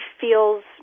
feels